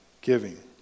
giving